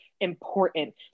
important